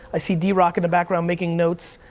i see d rock in the background making notes.